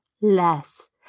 Less